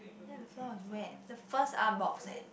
ya the floor was wet the first Artbox eh